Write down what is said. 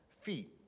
feet